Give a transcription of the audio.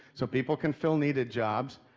so people can fill needed jobs,